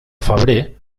febrer